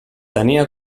tenia